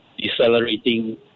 decelerating